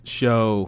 show